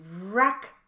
wreck